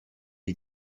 les